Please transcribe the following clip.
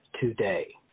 today